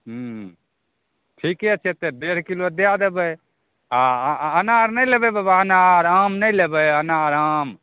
हूँ ठीके छै तऽ डेढ़ किलो दए देबै आ आ अनार नहि लेबै बाबा अनार आम नहि लेबै अनार आम